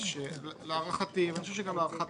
סיטואציה שלהערכתי ואני חושב שגם להערכת